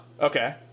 okay